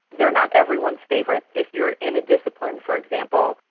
they're not everyone's favourite. if you're in a discipline, for example,